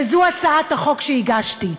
וזו הצעת החוק שהגשתי.